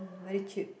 hmm very cheap